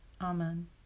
Amen